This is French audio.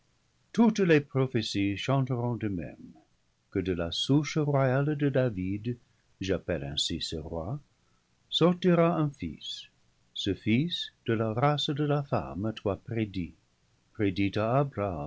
toutes les prophéties chanteront de même que de la souche royale de david j'appelle ainsi ce roi sortira un fils ce fils de la race de la femme à toi prédit prédit